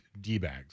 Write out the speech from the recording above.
D-bags